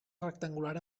rectangular